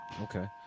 Okay